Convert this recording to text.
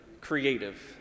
creative